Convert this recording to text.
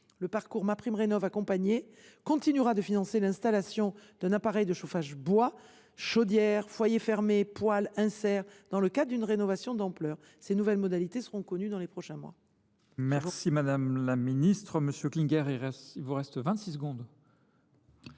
Le parcours MaPrimeRénov’ accompagné continuera de financer l’installation d’un appareil de chauffage bois – chaudière, foyer fermé, poêle, insert –, dans le cadre d’une rénovation d’ampleur. Les nouvelles modalités seront connues dans les prochains mois. La parole est à M. Christian Klinger, pour la réplique.